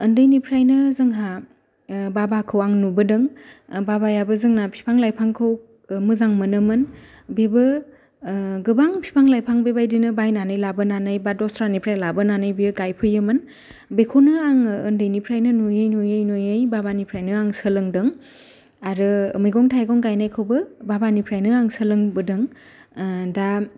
उन्दैनिफ्रायनो जोंहा बाबाखौ आं नुबोदों बाबायाबो जोंना बिफां लाइफांखौ मोजां मोनो मोन बेबो गोबां बिफां लाइफां बिदिनो बायनानै लाबोनानै बा दसरा निफ्राय लाबोनानै बेयो गायफैयोमोन बेखौनो आंङो उन्दैनिफ्रायनो नुयै नुयै नुयै बाबानिफ्रायनो आं सोलोंदों आरो मैगं थाइगं गाइनायखौबो बाबानिफ्राय आं सोलोंबोदों दा